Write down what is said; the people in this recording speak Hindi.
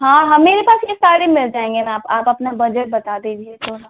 हाँ हाँ मेरे पास ये सारे मिल जाएंगे मैम आप अपना बजट बता दीजिए थोड़ा